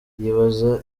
yibaza